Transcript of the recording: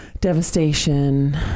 devastation